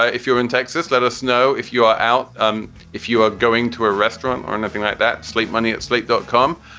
ah if you're in texas, let us know if you are out. um if you are going to a restaurant or anything like that. sleep money at slate dot com.